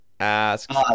asks